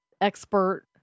expert